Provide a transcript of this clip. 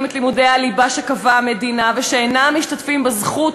את לימודי הליבה שקבעה המדינה ואינם משתתפים בזכות